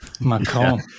Macron